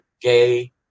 gay